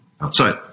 outside